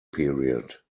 period